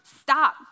stop